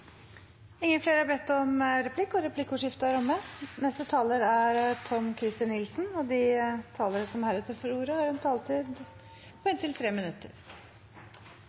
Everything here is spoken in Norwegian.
Replikkordskiftet er omme. De talere som heretter får ordet, har en taletid på inntil 3 minutter.